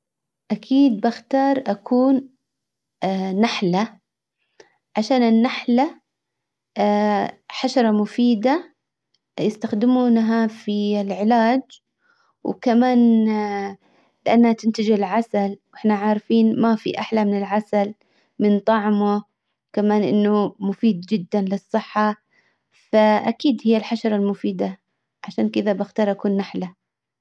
اكيد بختار اكون نحلة عشان النحلة حشرة مفيدة يستخدمونها في العلاج وكمان لانها تنتج العسل واحنا عارفين ما في احلى من العسل من طعمه وكمان انه مفيد جدا للصحة. فأكيد هي الحشرة المفيدة. عشان كدا بختار اكون نحلة.